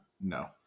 no